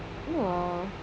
no ah